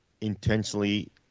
intentionally